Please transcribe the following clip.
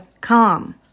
calm